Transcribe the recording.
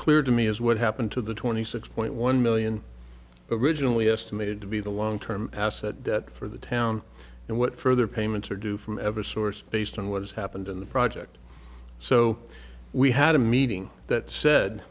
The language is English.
clear to me is what happened to the twenty six point one million originally estimated to be the long term asset for the town and what further payments are due from every source based on what has happened in the project so we had a meeting that said